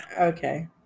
Okay